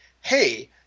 Hey